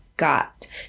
Got